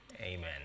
Amen